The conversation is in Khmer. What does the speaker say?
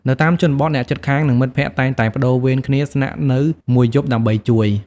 នៅតាមជនបទ អ្នកជិតខាង និងមិត្តភ័ក្តិតែងតែប្តូរវេនគ្នាស្នាក់នៅមួយយប់ដើម្បីជួយ។